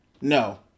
No